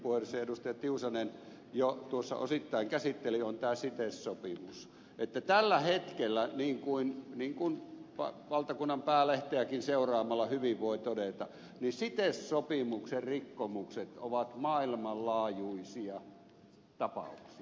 tiusanen jo tuossa osittain käsitteli on tämä cites sopimus että tällä hetkellä niin kuin valtakunnan päälehteäkin seuraamalla hyvin voi todeta cites sopimuksen rikkomukset ovat maailmanlaajuisia tapauksia